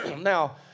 Now